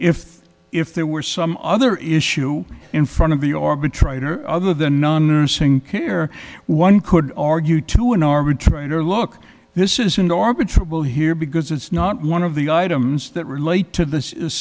if if there were some other issue in front of the arbitrator other than non nursing care one could argue to an arbitrator look this is in orbit trouble here because it's not one of the items that relate to this is